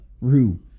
Rue